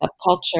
subculture